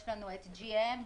יש את GM,